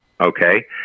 Okay